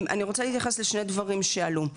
אני רוצה להתייחס לשני דברים שעלו.